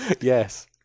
Yes